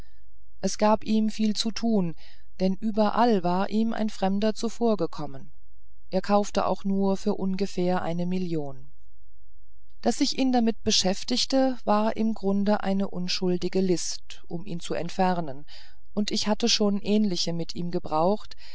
es gab ihm viel zu tun denn überall war ihm ein fremder zuvorgekommen er kaufte auch nur für ungefähr eine million daß ich ihn damit beschäftigte war im grunde eine unschuldige list um ihn zu entfernen und ich hatte schon ähnliche mit ihm gebraucht